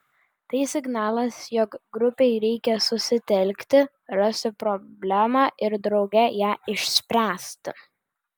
tai signalas jog grupei reikia susitelkti rasti problemą ir drauge ją išspręsti